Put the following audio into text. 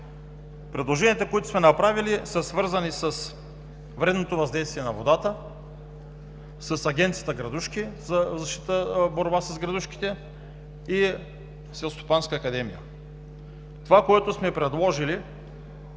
Предложенията, които сме направили, са свързани с вредното въздействие на водата, с Агенцията за борба с градушките и Селскостопанската академия. Това, което сме предложили